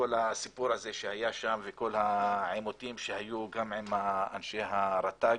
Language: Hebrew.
כל העימותים שהיו גם אנשי הרט"ג.